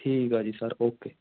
ਠੀਕ ਆ ਜੀ ਸਰ ਓਕੇ